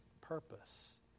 purpose